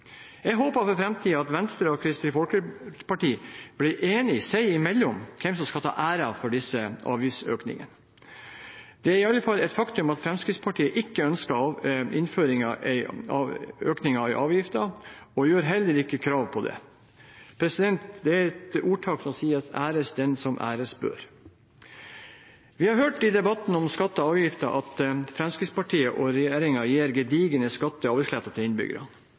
Jeg håper for framtiden at Venstre og Kristelig Folkeparti blir enige seg imellom om hvem som skal ta æren for disse avgiftsøkningene. Det er i alle fall et faktum at Fremskrittspartiet ikke ønsket innføringen eller økningen av avgiftene, og gjør heller ikke krav på den. Det er ordtak som heter: Æres den som æres bør. Vi har hørt i debatten om skatter og avgifter at Fremskrittspartiet og regjeringen gir gedigne skatte- og avgiftsletter til innbyggerne